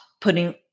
putting